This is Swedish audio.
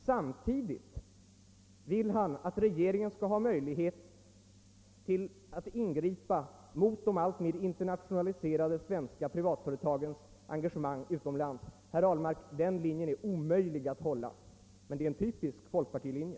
Å andra sidan vill han att regeringen skall ha möjlighet att ingripa mot de alltmer internationaliserade svenska privatföretagens engagemang utomlands. Man kan inte få bägge sakerna på en gång. Den linjen är omöjlig att hålla, herr Ahlmark — men det är en typisk folkpartilinje.